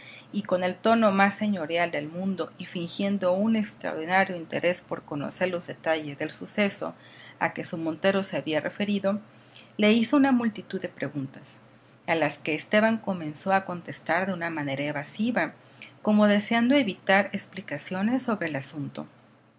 y con el tono más señorial del mundo y fingiendo un extraordinario interés por conocer los detalles del suceso a que su montero se había referido le hizo una multitud de preguntas a las que esteban comenzó a contestar de una manera evasiva como deseando evitar explicaciones sobre el asunto